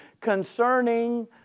concerning